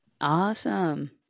Awesome